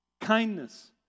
kindness